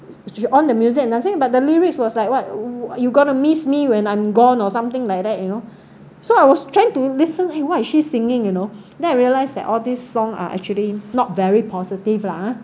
she on the music and then sing but the lyrics was like what you gonna miss me when I'm gone or something like that you know so I was trying to listen eh what is she singing you know then I realise that all this song are actually not very positive lah ah